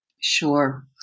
Sure